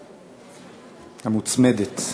המוצמדת.